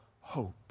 hope